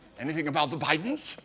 anything about the bidens?